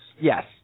Yes